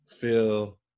feel